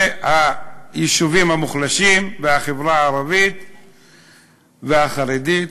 והיישובים המוחלשים, והחברה הערבית והחרדית,